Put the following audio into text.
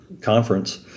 conference